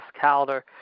Calendar